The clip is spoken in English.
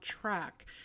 track